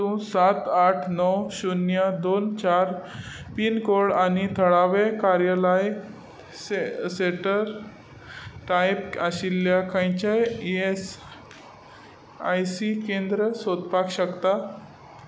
तूं सात आठ णव शुन्य दोन चार पिनकोड आनी थळावें कार्यालय से सेट सेंटर टायप आशिल्ल्या खंयचेय ई एस आय सी केंद्र सोदपाक शकता